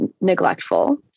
neglectful